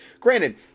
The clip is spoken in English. Granted